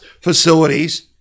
facilities